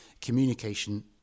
communication